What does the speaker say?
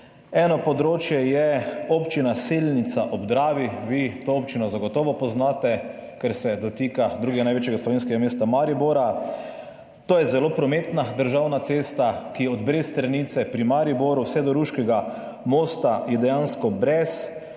Eno področje je Občina Selnica ob Dravi. Vi to občino zagotovo poznate, ker se dotika drugega največjega slovenskega mesta Maribora. To je zelo prometna državna cesta, ki je od Bresternice pri Mariboru vse do ruškega mosta dejansko brez